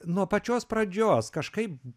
nuo pačios pradžios kažkaip